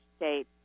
state